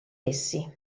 essi